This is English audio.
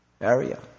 area